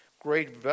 great